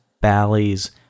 Bally's